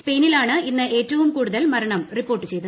സ്പെയിനിലാണ് ഇന്ന് ഏറ്റവും കൂടുതൽ മരണം റിപ്പോർട്ട് ചെയ്തത്